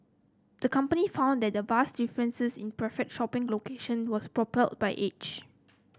the company found that the vast differences in preferred shopping locations was propelled by age